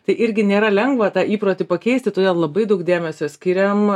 tai irgi nėra lengva tą įprotį pakeisti todėl labai daug dėmesio skiriam